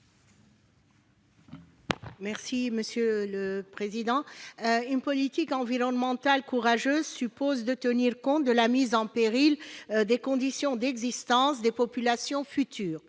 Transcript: Mme Esther Benbassa. Une politique environnementale courageuse suppose de tenir compte de la mise en péril des conditions d'existence des populations futures.